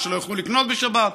או שלא יוכלו לקנות בשבת?